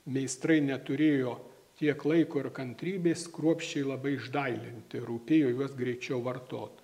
meistrai neturėjo tiek laiko ir kantrybės kruopščiai labai išdailinti rūpėjo juos greičiau vartot